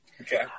Okay